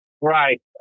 Right